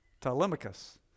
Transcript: Telemachus